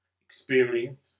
experience